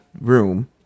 room